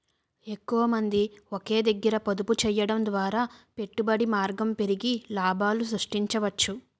ఎక్కువమంది ఒకే దగ్గర పొదుపు చేయడం ద్వారా పెట్టుబడి మార్గం పెరిగి లాభాలు సృష్టించవచ్చు